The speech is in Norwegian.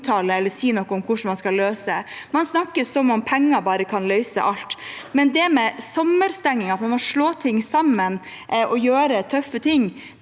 eller sier noe om hvordan man skal løse. Man snakker som om penger bare kan løse alt, men det med sommerstenging, at man må slå ting sammen og gjøre tøffe ting,